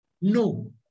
No